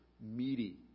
meaty